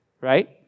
right